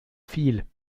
viel